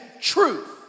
truth